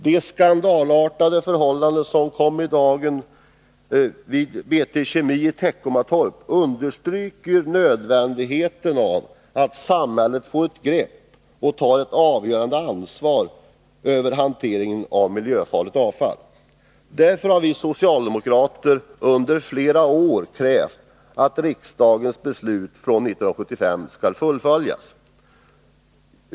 De skandalartade förhållanden som kom i dagen vid BT-Kemii Teckomatorp understryker nödvändigheten av att samhället får ett grepp och tar ett avgörande ansvar över hanteringen av miljöfarligt avfall. Därför har vi socialdemokrater under flera år krävt att riksdagens beslut från 1975 skall fullföljas.